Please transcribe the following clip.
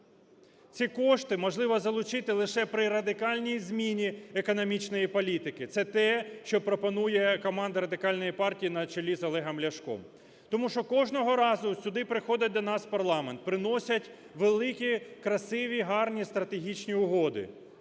Ці кошти можливо залучити лише при радикальній зміні економічної політики. Це те, що пропонує команда Радикальної партії на чолі з Олегом Ляшком. Тому що кожного разу сюди приходять до нас в парламент, приносять великі красиві, гарні стратегічні угоди,